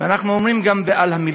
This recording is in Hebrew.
ואנחנו אומרים גם: ועל המלחמות.